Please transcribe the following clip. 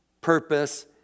purpose